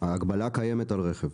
ההגבלה קיימת על רכב.